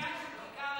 בכיכר העיר.